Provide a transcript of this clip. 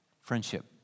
Friendship